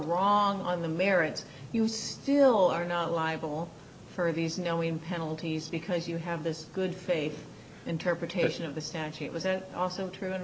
wrong on the merits you still are not liable for these knowing penalties because you have this good faith interpretation of the statute was it also true